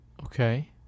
Okay